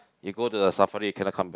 you go to the Safari you cannot come back